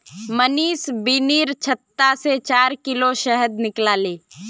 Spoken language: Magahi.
मनीष बिर्निर छत्ता से चार किलो शहद निकलाले